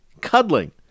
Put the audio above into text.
cuddling